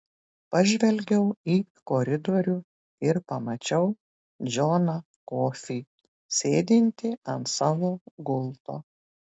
pažvelgiau į koridorių ir pamačiau džoną kofį sėdintį ant savo gulto